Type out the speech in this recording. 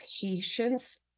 patience